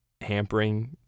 hampering